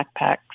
backpacks